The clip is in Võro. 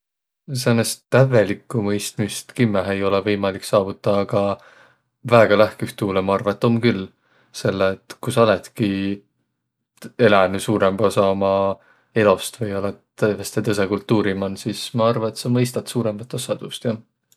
Säänest tävvelikku mõistmist kimmähe ei olõq võimalik saavutaq, aga väega lähküh tuulõ ma arva, et om küll, selle et ku sa olõtki elänüq suurõmba osa uma elost või-ollaq tävveste tõsõ kultuuri man, sis ma arva, et sa mõistat suurõmbat ossa tuust, jah.